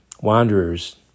wanderers